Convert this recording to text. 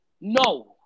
No